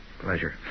pleasure